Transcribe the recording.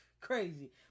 Crazy